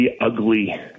ugly